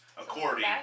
according